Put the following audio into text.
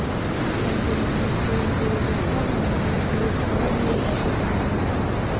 रंग बिरंगी फूल के गुच्छा बना के भेंट घलौ दिये जाथे पहुना मन ला